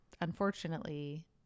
unfortunately